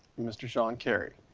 mr. shawn carey,